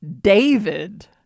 David